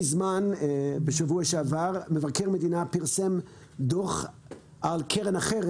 בשבוע שעבר מבקר המדינה פרסם דוח על קרן אחרת,